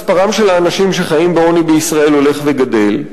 מספרם של האנשים החיים בעוני במדינת ישראל הולך וגדל.